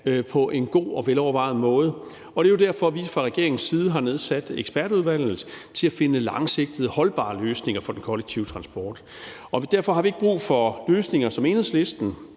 på en god og velovervejet måde. Det er jo derfor, at vi fra regeringens side har nedsat ekspertudvalget til at finde langsigtede, holdbare løsninger for den kollektive transport. Og derfor har vi ikke brug for løsninger som den fra Enhedslisten,